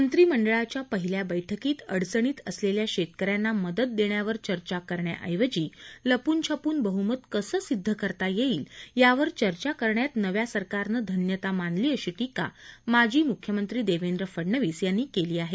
मंत्रिमंडळाच्या पहिल्या बैठकीत अडचणीत असलेल्या शेतकऱ्यांना मदत देण्यावर चर्चा करण्याऐवजी लपुन छपून बहमत कसं सिद्ध करता येईल यावर चर्चा करण्यात नव्या सरकारनं धन्यता मानली अशी टीका माजी मुख्यमंत्री देवेन्द्र फडणवीस यांनी केली आहे